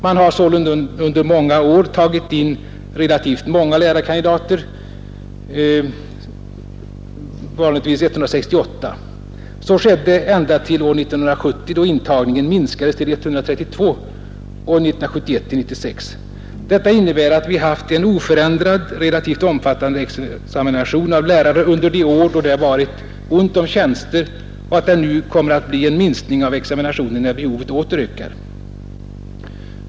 Man har sålunda under många år tagit in relativt många lärarkandidater, vanligtvis 168. Så skedde ända till år 1970 då intagningen minskades till 132 platser och 1971 till 96. Detta innebär att vi haft en oförändrad relativt omfattande examination av lärare under de år då det varit ont om tjänster och att det nu kommer att bli en minskning av examinationen när behovet åter ökar.